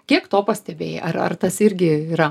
kiek to pastebėjai ar ar tas irgi yra